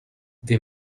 they